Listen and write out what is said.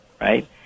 right